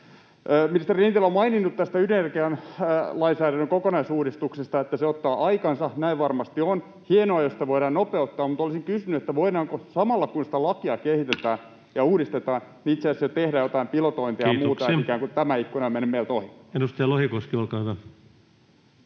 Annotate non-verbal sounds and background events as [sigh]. Ministeri Lintilä on maininnut, että ydinenergian lainsäädännön kokonaisuusuudistus ottaa aikansa — näin varmasti on. Hienoa, jos sitä voidaan nopeuttaa, mutta olisin kysynyt, voidaanko samalla, kun sitä lakia kehitetään ja uudistetaan, [noise] itse asiassa jo tehdä jotain pilotointia ja muuta, [Puhemies: Kiitoksia!] että tämä ikkuna ei menisi meiltä ohi? Edustaja Lohikoski, olkaa hyvä.